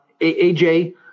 AJ